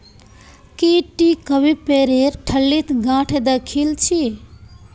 की टी कभी पेरेर ठल्लीत गांठ द खिल छि